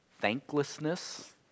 thanklessness